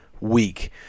week